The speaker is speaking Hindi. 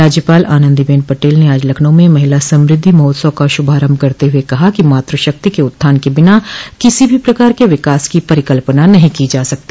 राज्यपाल आनंदी बेन पटेल ने आज लखनऊ में महिला समृद्धि महोत्सव का शुभारंभ करते हुए कहा कि मातृ शक्ति के उत्थान के बिना किसी भी प्रकार के विकास की परिकल्पना नहीं की जा सकती